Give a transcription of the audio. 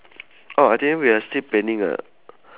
oh itinerary we are still planning uh